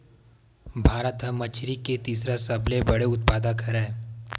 भारत हा मछरी के तीसरा सबले बड़े उत्पादक हरे